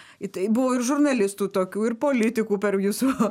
į tai buvo ir žurnalistų tokių ir politikų per jūsų